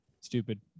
stupid